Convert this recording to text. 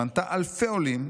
שמנתה אלפי עולים,